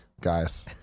guys